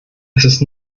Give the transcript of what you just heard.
ist